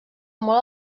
molt